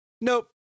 nope